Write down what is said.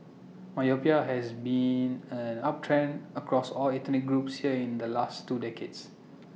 myopia has been an uptrend across all ethnic groups here in the last two decades